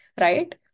right